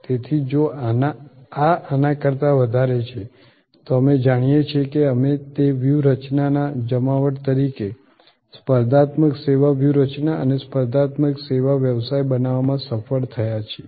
તેથી જો આ આના કરતા વધારે છે તો અમે જાણીએ છીએ કે અમે તે વ્યૂહરચનાના જમાવટ તરીકે સ્પર્ધાત્મક સેવા વ્યૂહરચના અને સ્પર્ધાત્મક સેવા વ્યવસાય બનાવવામાં સફળ થયા છીએ